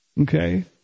Okay